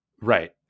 Right